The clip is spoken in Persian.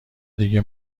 دیگه